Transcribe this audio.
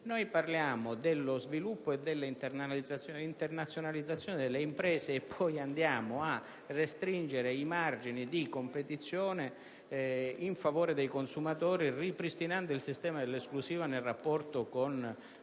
Noi parliamo dello sviluppo e della internazionalizzazione delle imprese e poi andiamo a restringere i margini di competizione in favore dei consumatori, ripristinando il sistema dell'esclusiva nel rapporto con gli agenti